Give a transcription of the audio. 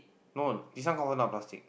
no this one confirm not plastic